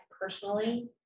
personally